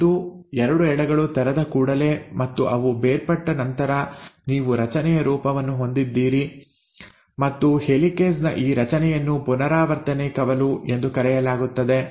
ಒಂದು 2 ಎಳೆಗಳು ತೆರೆದ ಕೂಡಲೇ ಮತ್ತು ಅವು ಬೇರ್ಪಟ್ಟ ನಂತರ ನೀವು ರಚನೆಯ ರೂಪವನ್ನು ಹೊಂದಿದ್ದೀರಿ ಮತ್ತು ಹೆಲಿಕೇಸ್ ನ ಈ ರಚನೆಯನ್ನು ಪುನರಾವರ್ತನೆ ಕವಲು ಎಂದು ಕರೆಯಲಾಗುತ್ತದೆ